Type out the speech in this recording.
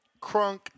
crunk